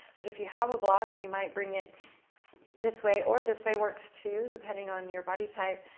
but if you have a block, you might bring it this way, or this way works, too, depending on your body type.